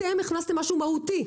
אתם הכנסתם משהו מהותי.